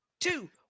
two